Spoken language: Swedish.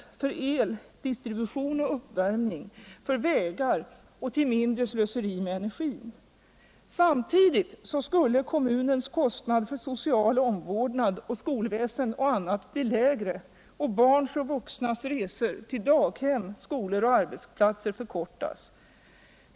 el, distribution och uppvärmning, vägar m.m. samt till mindre slöseri med energi. Samtidigt skulle kommunernas kostnader för social omvårdnad, skolväsen m.m. bli lägre och barn och vuxnas resor till daghem. skolor och arbetsplatser förkortas.